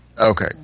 okay